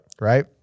Right